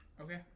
Okay